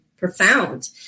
profound